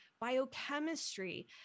biochemistry